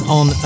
on